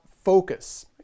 focus